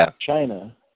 China